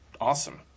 awesome